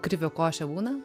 krivio košė būna